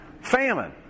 Famine